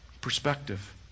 perspective